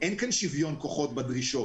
אין כאן שוויון כוחות בדרישות.